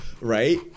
right